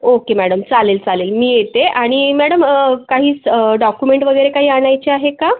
okay madam चालेल चालेल मी येते आणि मॅडम काही डॉकुमेंट वगैरे काही आणायची आहे का